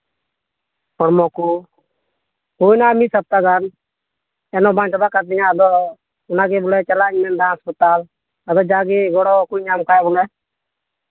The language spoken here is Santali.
ᱦᱚᱲᱢᱚ ᱠᱚ ᱦᱩᱭᱱᱟ ᱢᱤᱫ ᱥᱚᱯᱛᱟ ᱜᱟᱱ ᱮᱱ ᱦᱚᱸ ᱵᱟᱝ ᱪᱟᱵᱟᱜ ᱠᱟᱱ ᱛᱤᱧᱟ ᱟᱫᱚ ᱱᱟᱜᱮ ᱵᱚᱞᱮ ᱪᱟᱞᱟᱜ ᱤᱧ ᱢᱮᱱᱫᱟ ᱦᱟᱥᱯᱟᱛᱟᱞ ᱟᱫᱚ ᱡᱟᱜᱮ ᱜᱚᱲᱚ ᱠᱚ ᱧᱟᱢ ᱠᱷᱟᱱ ᱵᱚᱞᱮ